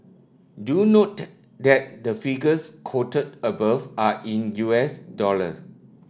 do note that the figures quoted above are in U S dollar